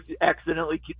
accidentally